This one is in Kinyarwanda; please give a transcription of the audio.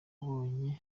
abonye